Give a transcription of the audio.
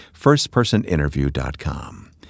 firstpersoninterview.com